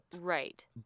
right